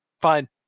Fine